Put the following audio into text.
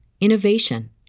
innovation